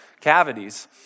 cavities